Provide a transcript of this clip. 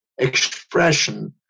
expression